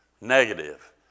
negative